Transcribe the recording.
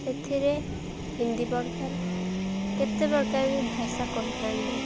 ସେଥିରେ ହିନ୍ଦୀ ପ୍ରକାର କେତେ ପ୍ରକାର ବି ଭାଷା କହିଥାନ୍ତି